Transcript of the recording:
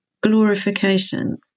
glorification